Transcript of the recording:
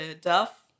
Duff